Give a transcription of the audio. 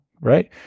right